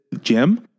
Jim